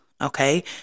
okay